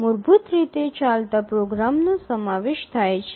તેમાં મૂળભૂત રીતે ચાલતા પ્રોગ્રામનો સમાવેશ થાય છે